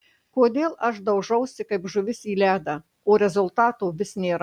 kodėl aš daužausi kaip žuvis į ledą o rezultato vis nėra